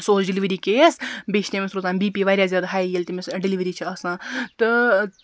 سُہ اوس delivery case بیٚیہِ چھِ تٔمِس روزان بی پی واریاہ زیادٕ ہاے ییٚلہِ تٔمِس ڈیلوری چھِ آسان تہٕ